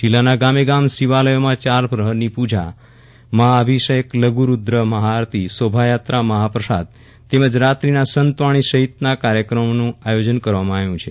જીલ્લાના ગામે ગામ શિવાલયોમાં યાર પ્રહરની પુજા મહાઅભિષેકલઘુરૂદરીમહાઆરતી શોભાયાત્રા મહાપ્રસાદ તેમજ રાત્રીના સંતવાણી સંહિતના કાર્યક્રમોનું આયોજન કરવામાં આવ્યુ છે